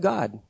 God